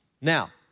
Now